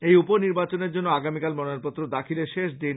এই উপনির্বাচনের জন্য আগামীকাল মনোনয়ন পত্র দাখিলের শেষ দিন